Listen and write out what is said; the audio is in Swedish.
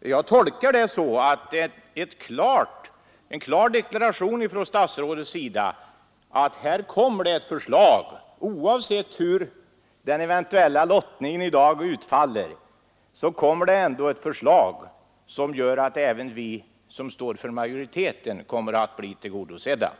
Jag tolkar detta som en klar deklaration från statsrådet att det, oavsett hur en eventuell lottning i dag utfaller, kommer att framläggas ett förslag som gör att även vi som står för majoriteten kommer att bli tillgodosedda.